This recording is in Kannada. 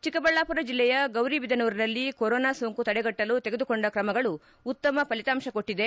ಚಿಕ್ಕಬಳ್ಣಾಪುರ ಜಿಲ್ಲೆಯ ಗೌರಿಬಿದನೂರಿನಲ್ಲಿ ಕೊರೊನಾ ಸೋಂಕು ತಡೆಗಟ್ಟಲು ತೆಗೆದುಕೊಂಡ ಕ್ರಮಗಳು ಉತ್ತಮ ಫಲಿತಾಂಶ ಕೊಟ್ಟಿದೆ